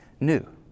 new